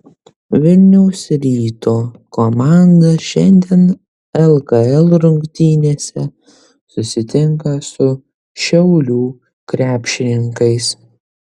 vilniaus ryto komanda šiandien lkl rungtynėse susitinka su šiaulių krepšininkais